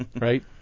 right